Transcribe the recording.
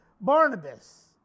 Barnabas